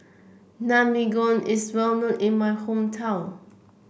Naengmyeon is well known in my hometown